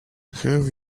have